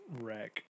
Wreck